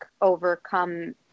overcome